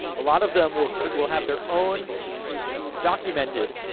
a lot of them will will have their own documented,